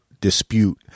dispute